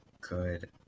good